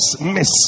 miss